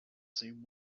same